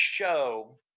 show